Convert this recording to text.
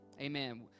Amen